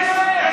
יואב קיש,